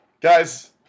Guys